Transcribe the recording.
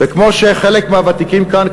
וכמו שחלק מהוותיקים כאן,